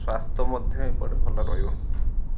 ସ୍ୱାସ୍ଥ୍ୟ ମଧ୍ୟ ଏପଟେ ଭଲ ରହିବ